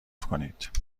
کنید